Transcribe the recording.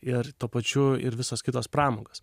ir tuo pačiu ir visos kitos pramogos